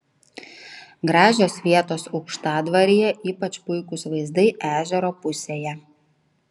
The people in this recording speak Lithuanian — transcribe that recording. gražios vietos aukštadvaryje ypač puikūs vaizdai ežero pusėje